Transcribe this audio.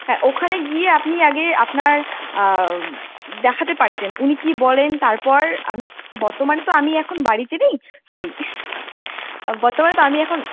হ্যাঁ ওখানে গিয়ে আপনি আগে আপনার দেখাতে পারতেন উনি কী বলেন তারপর আমি বর্তমানে তো আমি এখন বাড়িতে নেই সরি বর্তমানে তো আমি এখন